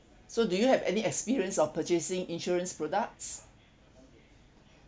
so do you have any experience of purchasing insurance products